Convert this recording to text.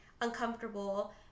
uncomfortable